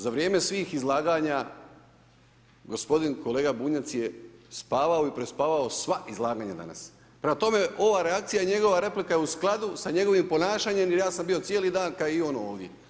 Za vrijeme svih izlaganja gospodin kolega Bunjac je spavao i prespavao sva izlaganja danas. prema tome ova reakcija, njegova replika je u skladu sa njegovim ponašanjem jer ja sam bio cijeli dan kao i on ovdje.